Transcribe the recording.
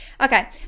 Okay